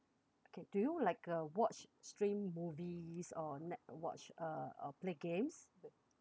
okay do you like uh watch stream movies or net~ watch uh uh play games